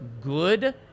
good